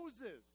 Moses